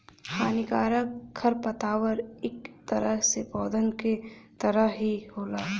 हानिकारक खरपतवार इक तरह से पौधन क तरह ही होला